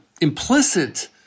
implicit